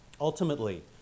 Ultimately